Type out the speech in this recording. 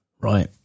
Right